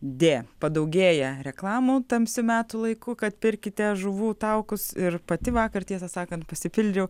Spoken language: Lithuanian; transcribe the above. dė padaugėja reklamų tamsiu metų laiku kad pirkite žuvų taukus ir pati vakar tiesą sakant pasipildžiau